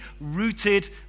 rooted